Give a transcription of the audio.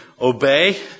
obey